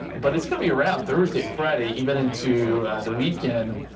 but it's going to be around thursday friday even into the weekend.